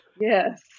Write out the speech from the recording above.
Yes